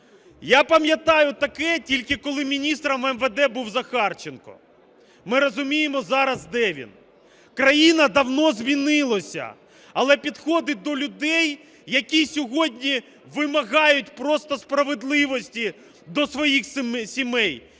Я пам'ятаю таке тільки, коли міністром МВД був Захарченко, ми розуміємо, зараз де він. Країна давно змінилася, але підходи до людей, які сьогодні вимагають просто справедливості до своїх сімей,